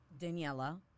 Daniela